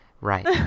Right